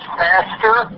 faster